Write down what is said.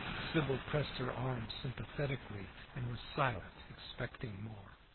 sybil pressed her arm sympathetically and was silent, expecting more.